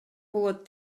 болот